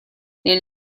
nel